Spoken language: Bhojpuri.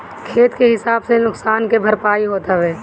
खेत के हिसाब से नुकसान के भरपाई होत हवे